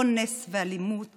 אונס ואלימות